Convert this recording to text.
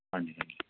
ਹਾਂਜੀ ਹਾਂਜੀ